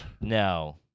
No